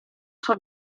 sua